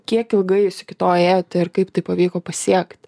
kiek ilgai jūs iki to ėjote ir kaip tai pavyko pasiekt